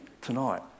tonight